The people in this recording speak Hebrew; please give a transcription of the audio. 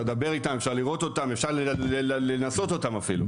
לדבר איתם אפשר לראות אותם אפשר לנסות אותם אפילו.